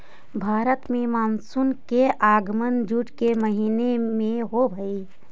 भारत में मानसून का आगमन जून के महीने में होव हई